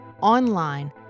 online